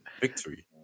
victory